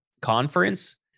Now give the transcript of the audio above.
conference